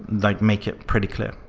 like make it pretty clear.